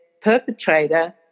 perpetrator